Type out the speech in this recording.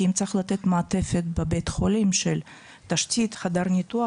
כי אם צריך לתת מעטפת בבית חולים של תשתית חדר ניתוח,